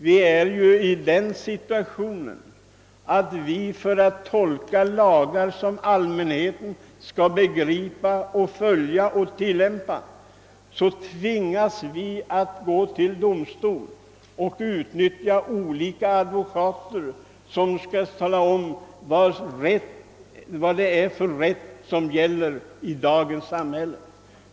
Vi är i den situationen att vi för att tolka lagar som allmänheten skall begripa, följa och tillämpa tvingas gå till domstol och utnyttja olika advokater som skall tala om vilken rätt som gäller i dagens samhälle.